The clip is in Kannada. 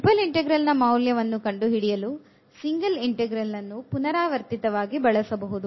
ಟ್ರಿಪಲ್ ಇಂಟೆಗ್ರಲ್ ನ ಮೌಲ್ಯವನ್ನು ಕಂಡುಹಿಡಿಯಲು ಸಿಂಗಲ್ ಇಂಟೆಗ್ರಲ್ ಅನ್ನು ಪುನರಾವರ್ತಿತ ವಾಗಿ ಬಳಸಬಹುದು